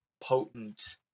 potent